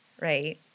right